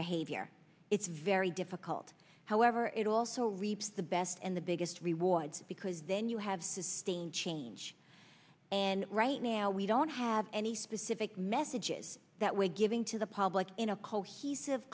behavior it's very difficult however it also reaps the best and the biggest rewards because then you have sustained change and right now we don't have any specific messages that we're giving to the public in a cohesive